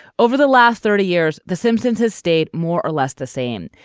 over the last thirty years the simpsons has stayed more or less the same.